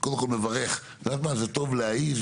זה טוב להעז,